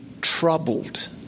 troubled